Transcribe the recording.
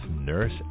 nurse